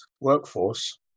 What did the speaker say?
workforce